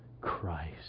Christ